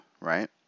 right